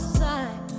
side